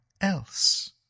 else